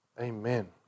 Amen